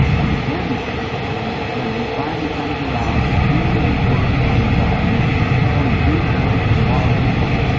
the again the second time is when he finally comes around to do his work on zion and perform the great and marvelous work,